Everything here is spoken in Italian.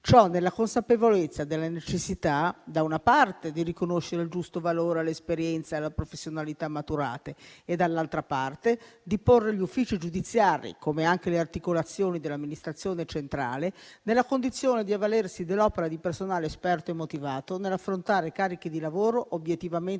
Ciò nella consapevolezza della necessità, da una parte, di riconoscere il giusto valore all'esperienza e alla professionalità maturate e, dall'altra parte, di porre gli uffici giudiziari, come anche le articolazioni dell'amministrazione centrale, nella condizione di avvalersi dell'opera di personale esperto e motivato nell'affrontare carichi di lavoro obiettivamente